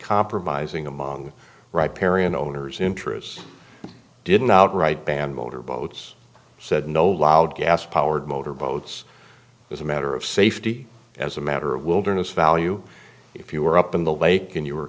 compromising among right parian owners interests didn't outright ban motor boats said no loud gas powered motor boats was a matter of safety as a matter of wilderness value if you were up in the lake and you were